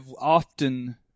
often